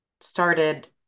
started